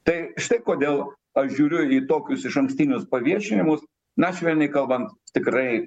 tai štai kodėl aš žiūriu į tokius išankstinius paviešinimus na švelniai kalbant tikrai